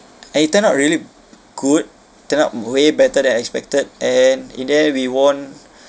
and it turn out really good turn out way better than I expected and in there we won